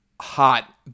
hot